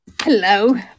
Hello